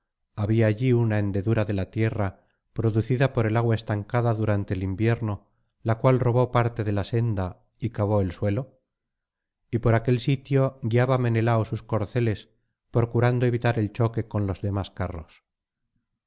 había allí una hendedura de la tierra producida por el agua estancada durante el invierno la cual robó parte de la senda y cavó el suelo y por aquel sitio guiaba menelao sus corceles procurando evitar el choque con los demás carros